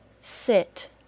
sit